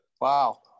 Wow